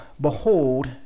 behold